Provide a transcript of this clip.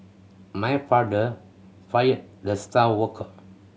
my father fired the star worker